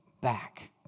back